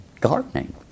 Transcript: gardening